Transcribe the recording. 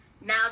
now